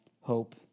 hope